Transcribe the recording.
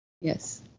Yes